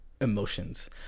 emotions